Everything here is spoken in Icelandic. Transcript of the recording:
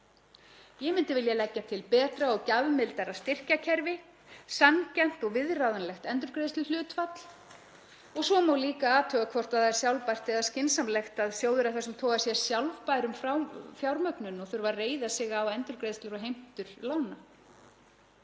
Ég myndi vilja leggja til betra og gjafmildara styrkjakerfi, sanngjarnt og viðráðanlegt endurgreiðsluhlutfall og svo má líka athuga hvort það er sjálfbært eða skynsamlegt að sjóður af þessum toga sé sjálfbær um fjármögnun og þurfi að reiða sig á endurgreiðslur og heimtur lána.